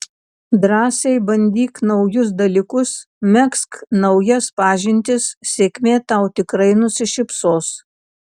drąsiai bandyk naujus dalykus megzk naujas pažintis sėkmė tau tikrai nusišypsos